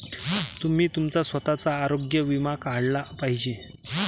तुम्ही तुमचा स्वतःचा आरोग्य विमा काढला पाहिजे